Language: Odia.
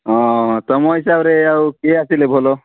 ହଁ ତୁମ ହିସାବରେ ଆଉ କିଏ ଆସିଲେ ଭଲ